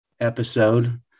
episode